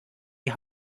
die